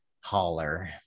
holler